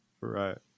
Right